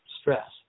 stress